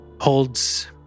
holds